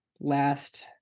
last